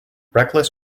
reckless